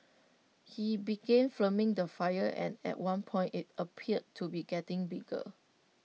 he began filming the fire and at one point IT appeared to be getting bigger